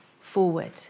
forward